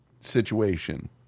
Situation